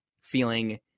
feeling